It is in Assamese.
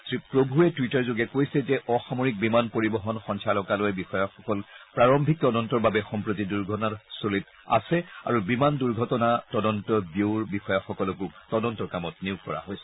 শ্ৰী প্ৰভুৱে টুইটাৰ যোগে কৈছে যে অসামৰিক বিমান পৰিবহন সঞ্চালকালয় বিষয়াসকল প্ৰাৰম্ভিক তদন্তৰ বাবে সম্প্ৰতি দুৰ্ঘটনাস্থলিত আছে আৰু বিমান দুৰ্ঘটনা তদন্ত ব্যু'ৰ বিষয়াসকলকো তদন্তৰ কামত নিয়োগ কৰা হৈছে